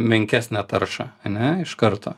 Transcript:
menkesnę taršą ane iš karto